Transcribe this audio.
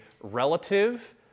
relative